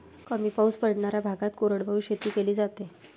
कमी पाऊस पडणाऱ्या भागात कोरडवाहू शेती केली जाते